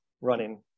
running